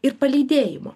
ir palydėjimo